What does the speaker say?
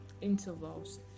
intervals